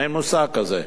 אין מושג כזה.